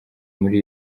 muri